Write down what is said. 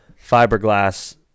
fiberglass